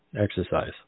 exercise